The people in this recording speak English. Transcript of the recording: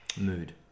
mood